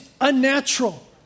unnatural